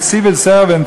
של civil servant,